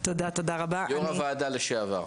יו"ר הוועדה לשעבר.